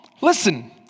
listen